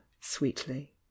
sweetly